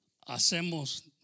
hacemos